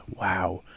Wow